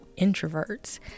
introverts